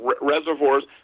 reservoirs